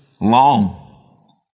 long